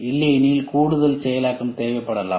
இல்லையெனில் கூடுதல் செயலாக்கம் தேவைப்படலாம்